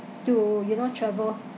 to you know travel